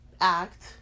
act